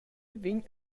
vegn